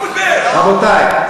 בוא תשב כאן.